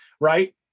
Right